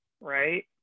right